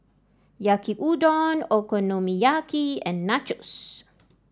Yaki Udon Okonomiyaki and Nachos